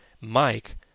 Mike